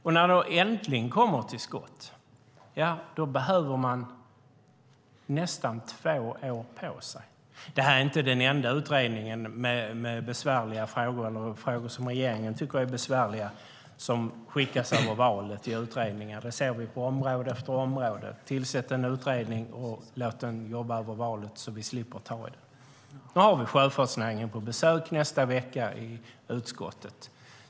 Och när man äntligen kommer till skott behöver man nästan två år på sig. Det här är inte den enda utredning med besvärliga frågor eller frågor som regeringen tycker är besvärliga som skickas över valet i utredningar. Det ser vi på område efter område. Man tillsätter en utredning och låter den jobba över valet så att man slipper ta i den. Nu har vi sjöfartsnäringen på besök nästa vecka i utskottet.